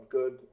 good